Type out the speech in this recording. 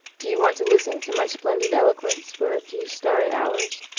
do you want to listen to my splendid eloquence for a few starry hours?